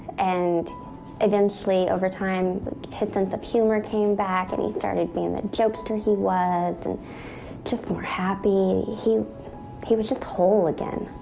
and eventually over time his sense of humor came back, and he started being that jokester he was, and just more happy. he he was just whole again.